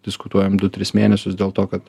diskutuojam du tris mėnesius dėl to kad